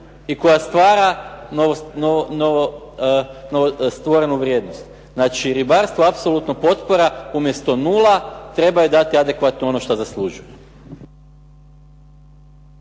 i koja stvara novo stvorenu vrijednost. Znači ribarstvu apsolutno potpora, umjesto nula treba im dati adekvatno ono što zaslužuje.